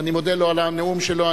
אני מודה לו על הנאום שלו,